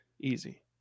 Easy